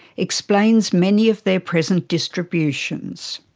explains many of their present distributions.